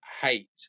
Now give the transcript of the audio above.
hate